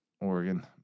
Oregon